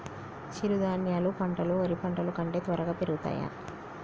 చిరుధాన్యాలు పంటలు వరి పంటలు కంటే త్వరగా పెరుగుతయా?